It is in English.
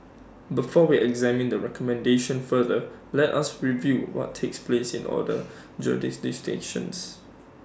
before we examine the recommendation further let us review what takes place in other jurisdictions